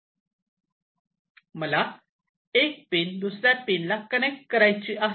मला एक पिन दुसऱ्या पिनला कनेक्ट करायचे आहे